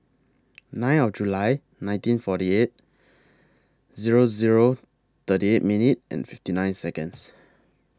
nine of Jul nineteen forty eight Zero Zero thirty eight minutes fifty nine Seconds